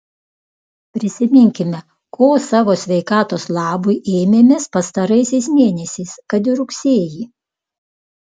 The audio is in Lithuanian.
prisiminkime ko savo sveikatos labui ėmėmės pastaraisiais mėnesiais kad ir rugsėjį